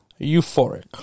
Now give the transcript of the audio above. euphoric